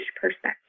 perspective